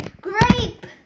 grape